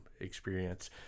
experience